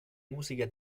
musica